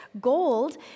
Gold